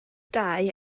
dau